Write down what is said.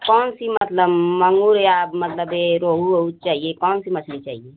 कौन सी मतलब माँगुर या मतलब यह रोहू ओहू चाहिए कौन सी मछली चाहिए